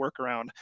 workaround